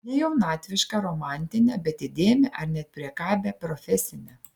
ne jaunatvišką romantinę bet įdėmią ar net priekabią profesinę